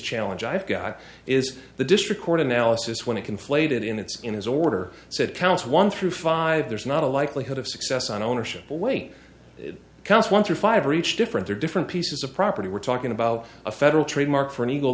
challenge i've got is the district court analysis when it conflated in it's in his order said counts one through five there's not a likelihood of success on ownership away counts one through five are each different they're different pieces of property we're talking about a federal trademark for an eagle